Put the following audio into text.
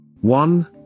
One